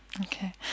okay